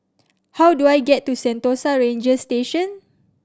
how do I get to Sentosa Ranger Station